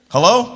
Hello